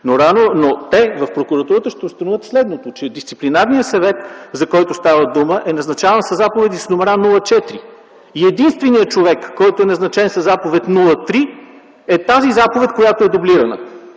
но в прокуратурата ще установят следното, че Дисциплинарният съвет, за който става дума, е назначаван със заповеди с номера 04 и единственият човек, който е назначен със заповед 03 е с тази заповед, която е дублирана.